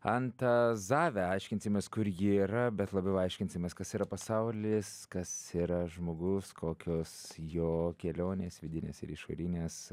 antazavę aiškinsimės kur ji yra bet labiau aiškinsimės kas yra pasaulis kas yra žmogus kokios jo kelionės vidinės ir išorinės